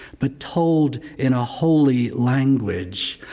but told in a holy language.